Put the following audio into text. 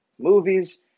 movies